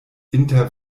inter